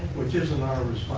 which isn't our